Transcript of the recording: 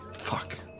fuck.